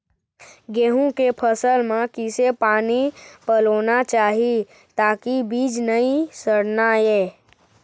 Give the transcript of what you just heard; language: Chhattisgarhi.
गेहूं के फसल म किसे पानी पलोना चाही ताकि बीज नई सड़ना ये?